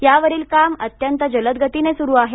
यावरील काम अंत्यत जलदगतीने सुरू आहे